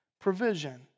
provision